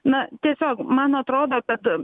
na tiesiog man atrodo kad